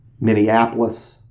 Minneapolis